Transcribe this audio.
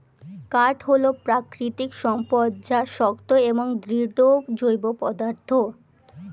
কাঠ হল প্রাকৃতিক সম্পদ যা শক্ত এবং দৃঢ় জৈব পদার্থ